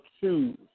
choose